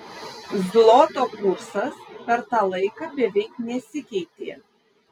zloto kursas per tą laiką beveik nesikeitė